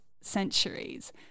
centuries